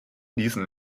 ließen